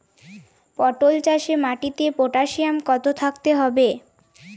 পটল চাষে মাটিতে পটাশিয়াম কত থাকতে হবে?